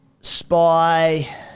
Spy